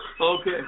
Okay